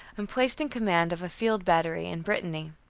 and placed in command of a field battery, in brittany.